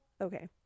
Okay